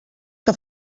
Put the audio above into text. què